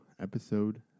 episode